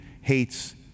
hates